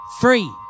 free